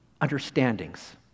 understandings